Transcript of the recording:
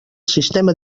sistema